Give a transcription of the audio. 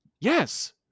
yes